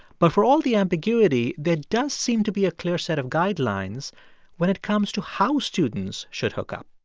but for all the ambiguity, there does seem to be a clear set of guidelines when it comes to how students should hookup